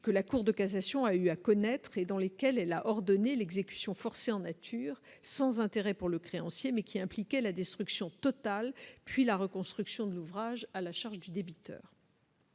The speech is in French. que la Cour de cassation a eu à connaître et dans lesquels elle a ordonné l'exécution forcée en nature sans intérêt pour le créancier mais qui impliquait la destruction totale, puis la reconstruction de l'ouvrage à la charge du débiteur.